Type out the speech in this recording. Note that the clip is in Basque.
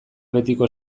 betiko